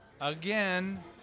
Again